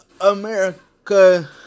America